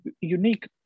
unique